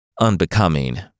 unbecoming